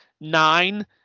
nine